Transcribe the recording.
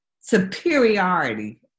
superiority